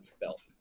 belt